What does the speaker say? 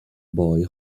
boy